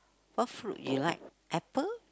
what fruit you like apple